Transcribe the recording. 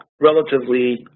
relatively